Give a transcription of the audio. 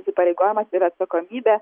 įsipareigojimas ir atsakomybė